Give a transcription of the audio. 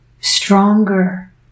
stronger